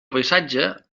paisatge